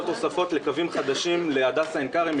תוספות לקווים חדשים להדסה עין כרם,